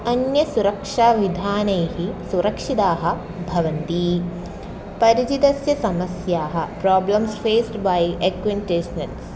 अन्य सुरक्षाविधानैः सुरक्षिताः भवन्ति परिचितस्य समस्याः प्राब्लम्स् फ़ेस्ड् बै एक्विन्टेश्नल्स्